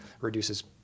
reduces